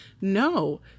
no